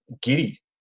giddy